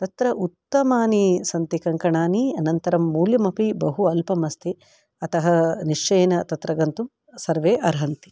तत्र उत्तमानि सन्ति कङ्कणानि अनन्तरं मूल्यमपि बहु अल्पम् अस्ति अतः निश्चयेन तत्र गन्तुं सर्वे अर्हन्ति